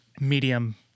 medium